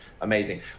amazing